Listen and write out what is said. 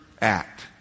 act